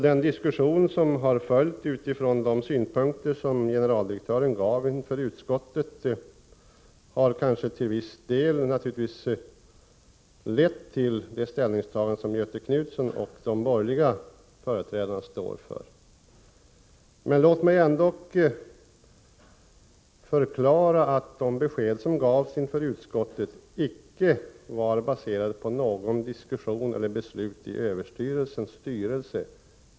Den diskussion som har förts utifrån de synpunkter som generaldirektören anförde inför utskottet har kanske till viss del lett till det ställningstagande som Göthe Knutson och de borgerliga företrädarna står för. Men låt mig förklara att de besked som gavs inför utskottet icke var baserade på någon diskussion eller något beslut i överstyrelsens styrelse.